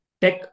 tech